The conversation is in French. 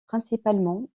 principalement